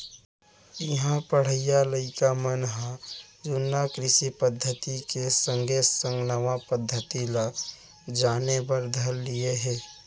इहां पढ़इया लइका मन ह जुन्ना कृषि पद्धति के संगे संग नवा पद्धति ल जाने बर धर लिये हें